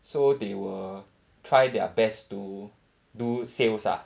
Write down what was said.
so they will try their best to do sales ah